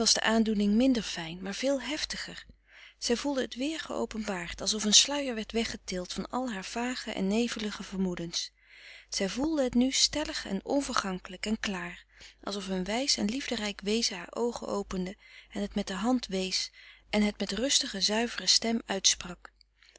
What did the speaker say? de aandoening minder fijn maar veel heftiger zij voelde het weer geopenbaard alsof een sluier werd weggetild van al haar vage en nevelige vermoedens zij voelde het nu stellig en onvergankelijk en klaar alsof een wijs en liefderijk wezen haar oogen opende en het met de hand wees en het met rustige zuivere stem uitsprak